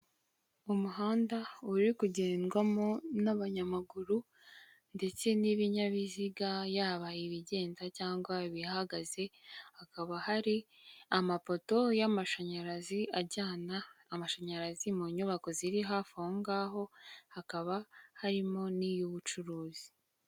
Umuhanda uri kugendwamo n'abanyamaguru ndetse n'ibinyabiziga yaba ibigenda cyangwa ibihagaze, hakaba hari amapoto y'amashanyarazi ajyana amashanyarazi mu nyubako ziri hafi aho ngaho hakaba harimo n'iy'ubucuruzi.